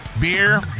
Beer